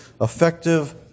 effective